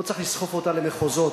לא צריך לסחוף אותה למחוזות